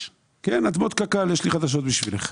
--- כן, אדמות קק"ל, יש לי חדשות בשבילך.